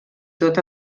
tot